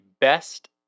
best